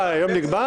מה, היום נגמר?